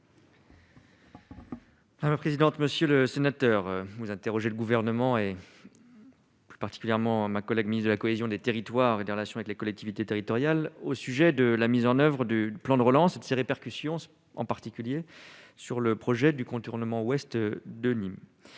à la présidente, monsieur le sénateur vous interrogez le gouvernement et. Plus particulièrement ma collègue ministre de la cohésion des territoires et des relations avec les collectivités territoriales au sujet de la mise en oeuvre du plan de relance et de ses répercussions en particulier sur le projet du contournement ouest de l'île,